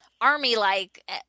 army-like